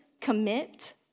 commit